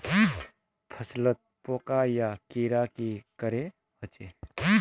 फसलोत पोका या कीड़ा की करे होचे?